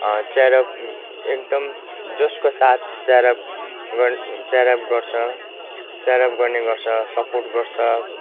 cheer up एकदम जोसको साथ चियरअप गर् चियरअप गर्छ चियरअप गर्ने गर्छ सपोर्ट गर्छ